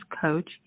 Coach